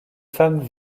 femmes